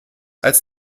als